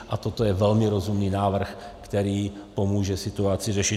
A toto je velmi rozumný návrh, který pomůže situaci řešit.